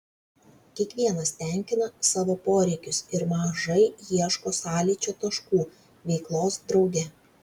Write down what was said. kiekvienas tenkina savo poreikius ir mažai ieško sąlyčio taškų veiklos drauge